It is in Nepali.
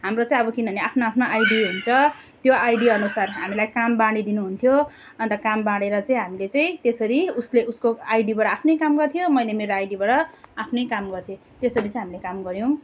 हाम्रो चाहिँ अब किनभने आफ्नो आफ्नो आइडी हुन्छ त्यो आइडी अनुसार हामीलाई काम बाँडी दिनु हुन्थ्यो अन्त काम बाँडेर चाहिँ हामीले चाहिँ त्यसरी उसले उसको आइडीबाट आफ्नै काम गर्थ्यो मैले मेरो आइडीबाट आफ्नै काम गर्थेँ त्यसरी चाहिँ हामीले काम गऱ्यौँ